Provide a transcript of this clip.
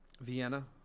Vienna